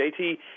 JT